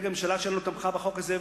הממשלה תמכה בחוק הזה,